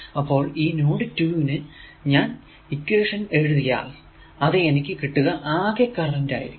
അപ്പോൾ ഈ നോഡ് 2 നു ഞാൻ ഇക്വേഷൻ എഴുതിയാൽ അത് എനിക്ക് കിട്ടുക അകെ കറന്റ് ആയിരിക്കും